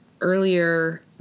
earlier